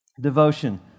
Devotion